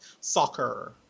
soccer